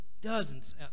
dozens